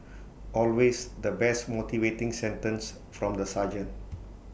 always the best motivating sentence from the sergeant